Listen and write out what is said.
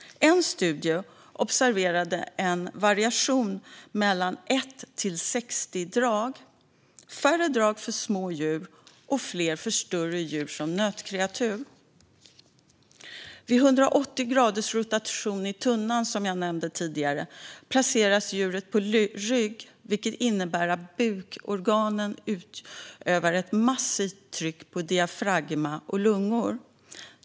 En studie observerade en variation mellan l och 60 drag. Det var färre drag för små djur och fler för större djur som nötkreatur. Vid 180 graders rotation i den tunna jag nämnde tidigare placeras djuret på rygg, vilket innebär att bukorganen utövar ett massivt tryck på diafragma och lungor.